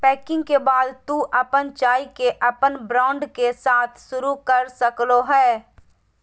packing के बाद तू अपन चाय के अपन ब्रांड के साथ शुरू कर सक्ल्हो हें